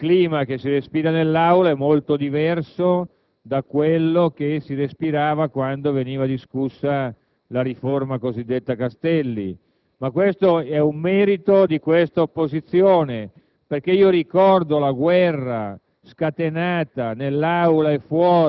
vedeva una realtà completamente diversa. In questo caso non so se stia accadendo la stessa cosa o se semplicemente stiamo facendo il gioco delle parti, ma l'intervento del senatore Manzione, francamente, è abbastanza sconcertante. Ha dipinto una realtà